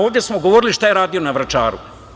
Ovde smo govorili šta je radio na Vračaru.